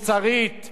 היא חינוכית.